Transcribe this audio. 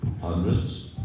Hundreds